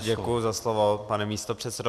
Děkuji za slovo, pane místopředsedo.